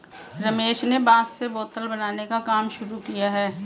रमेश ने बांस से बोतल बनाने का काम शुरू किया है